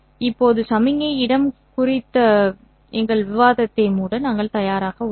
இப்போது சமிக்ஞை இடம் குறித்த எங்கள் விவாதத்தை மூட நாங்கள் தயாராக உள்ளோம்